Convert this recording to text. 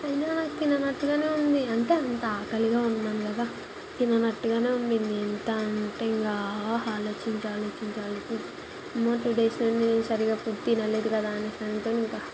అయినా తిననట్టుగానే ఉంది అంటే అంత ఆకలిగా ఉందనేగా తిననట్టుగానే ఉంది ఎంత అంటే ఇక ఆలోచించి ఆలోచించి ఆలోచించి అమ్మో టూ డేస్ నుండి నేను సరిగా ఫుడ్ తినలేదు కదా అని అనుకొని ఇంక